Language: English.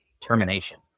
termination